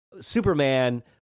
Superman